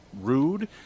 rude